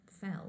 fell